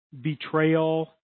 betrayal